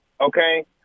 okay